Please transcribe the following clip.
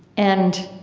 and,